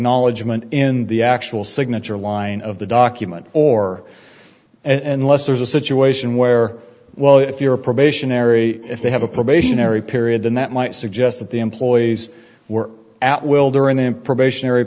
acknowledgment in the actual signature line of the document or unless there's a situation where well if you're a probationary if they have a probationary period then that might suggest that the employees were at will during an probationary